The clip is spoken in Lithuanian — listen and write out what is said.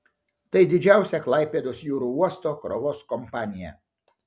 tai didžiausia klaipėdos jūrų uosto krovos kompanija